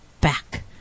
back